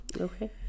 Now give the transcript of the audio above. Okay